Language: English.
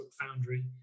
Foundry